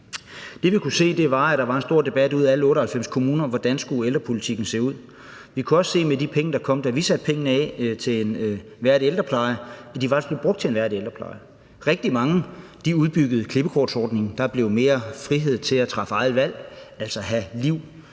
Det, vi kunne se, var, at der var en stor debat ude i alle 98 kommuner om, hvordan ældrepolitikken skulle se ud. Vi kunne også se, at de penge, vi satte af til en værdig ældrepleje, faktisk blev brugt til en værdig ældrepleje. Rigtig mange udbyggede klippekortsordningen, der blev mere frihed til at træffe egne valg, altså have